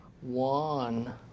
One